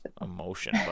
emotion